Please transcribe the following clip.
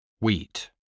wheat